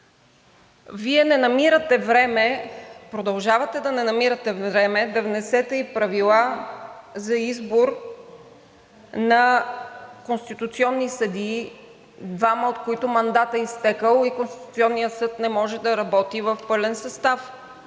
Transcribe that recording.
продължавате да не намирате време да внесете и правила за избор на конституционни съдии, на двама от които мандатът е изтекъл и Конституционният съд не може да работи в пълен състав.